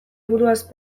buruaz